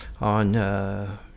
on –